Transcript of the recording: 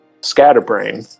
Scatterbrain